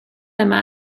yma